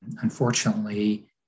Unfortunately